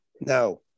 Now